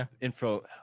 info